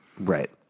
Right